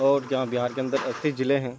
اور جہاں بہار کے اندر اڑتیس ضلعے ہیں